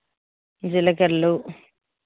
జీలకర